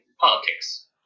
politics